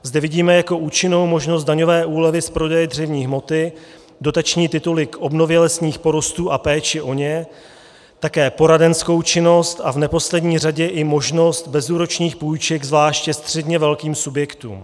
Zde vidíme jako účinnou možnost daňové úlevy z prodeje dřevní hmoty, dotační tituly k obnově lesních porostů a péči o ně, také poradenskou činnost a v neposlední řadě i možnost bezúročných půjček zvláště středně velkým subjektům.